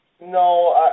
No